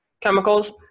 chemicals